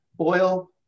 oil